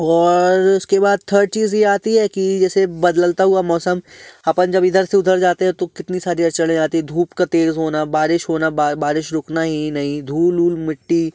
और उसको बाद थर्ड चीज़ ये आती है कि जैसे बदलता हुआ मौसम अपन जब इधर से उधर जाते हैं तो कितनी सारी अड़चनें आती हैं धूप का तेज़ होना बारिश होना बा बारिश रुकना ही नहीं धूल ऊल मिट्टी